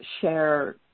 share